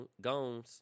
Gomes